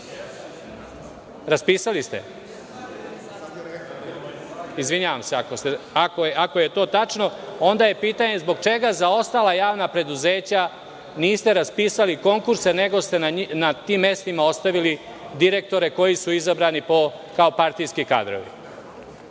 Raspisali ste? Izvinjavam se ako je to tačno, onda je pitanje zbog čega za ostala javna preduzeća niste raspisali konkurse, nego ste na tim mestima ostavili direktore koji su izabrani kao partijski kadrovi?